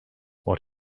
what